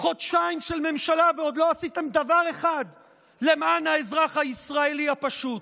חודשיים של ממשלה ועוד לא עשיתם דבר אחד למען האזרח הישראלי הפשוט.